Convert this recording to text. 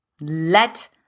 Let